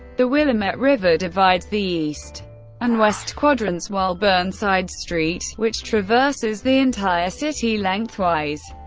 the willamette river divides the east and west quadrants while burnside street, which traverses the entire city lengthwise,